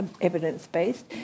evidence-based